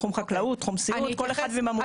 תחום חקלאות, תחום סיעוד, כל אחד עם המומחיות שלו.